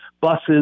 Buses